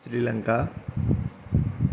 Sri Lanka